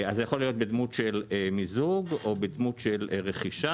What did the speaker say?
זה יכול בדמות של מיזוג או בדמות של רכישה.